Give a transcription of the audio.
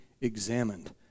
examined